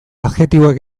adjektiboek